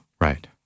Right